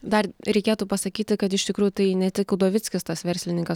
dar reikėtų pasakyti kad iš tikrųjų tai ne tik udovickis tas verslininkas